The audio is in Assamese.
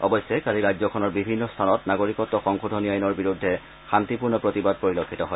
অৱশ্যে কালি ৰাজ্যখনৰ বিভিন্ন স্থানত নাগৰিকত্ সংশোধনী আইনৰ বিৰুদ্ধে শান্তিপূৰ্ণ প্ৰতিবাদ পৰিলক্ষিত হয়